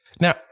Now